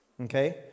Okay